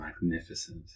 magnificent